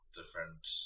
different